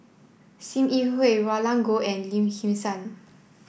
Sim Yi Hui Roland Goh and Lim Kim San